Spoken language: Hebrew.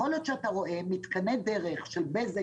יכול להיות שאתה רואה מתקני דרך של בזק